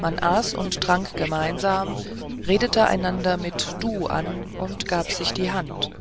man aß und trank gemeinsam redete einander mit du an und gab sich die hand